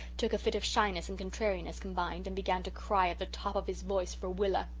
took a fit of shyness and contrariness combined and began to cry at the top of his voice for willa.